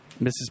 Mrs